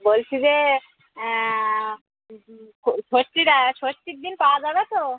বলছি যে ষষ্ঠীর ষষ্ঠীর দিন পাওয়া যাবে তো